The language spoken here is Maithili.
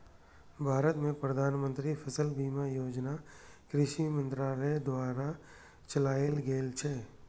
भारत मे प्रधानमंत्री फसल बीमा योजना कृषि मंत्रालय द्वारा चलाएल गेल छै